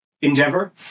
endeavor